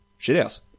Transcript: shithouse